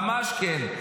ממש כן.